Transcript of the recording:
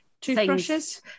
toothbrushes